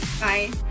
Bye